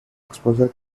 exposure